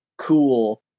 Cool